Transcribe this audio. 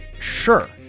sure